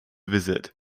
visit